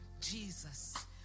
Jesus